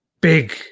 big